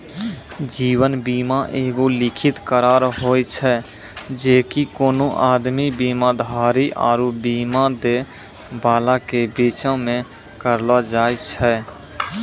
जीवन बीमा एगो लिखित करार होय छै जे कि कोनो आदमी, बीमाधारी आरु बीमा दै बाला के बीचो मे करलो जाय छै